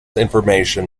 information